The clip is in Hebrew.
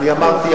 אמרתי,